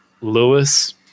Lewis